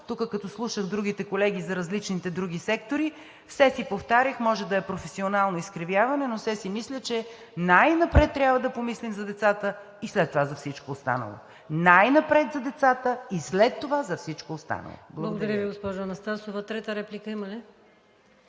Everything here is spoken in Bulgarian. тук, като слушах другите колеги за различните други сектори, все си повтарях – може да е професионално изкривяване, но все си мисля, че най-напред трябва да помислим за децата и след това за всичко останало. Най-напред за децата и след това за всичко останало! Благодаря Ви. ПРЕДСЕДАТЕЛ ВИКТОРИЯ